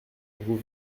vous